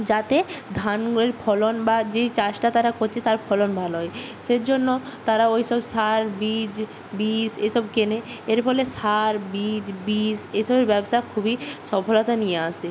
যাতে ধান ফলন বা যেই চাষটা তারা করছে তার ফলন ভালো হয় সেজন্য তারা ওই সব সার বীজ বিষ এসব কেনে এর ফলে সার বীজ বিষ এসবের ব্যবসা খুবই সফলতা নিয়ে আসে